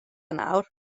nawr